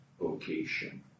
vocation